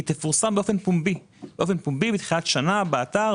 והיא תפורסם באופן פומבי בתחילת שנה באתר,